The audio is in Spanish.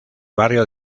barrio